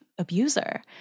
abuser